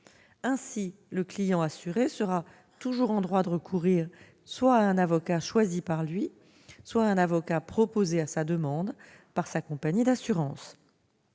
Ainsi, le client assuré sera toujours en droit de recourir soit à un avocat choisi par lui, soit à un avocat proposé à sa demande par sa compagnie d'assurance.